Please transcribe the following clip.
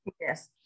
Yes